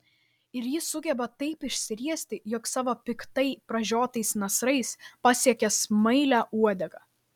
ir ji sugeba taip išsiriesti jog savo piktai pražiotais nasrais pasiekia smailią uodegą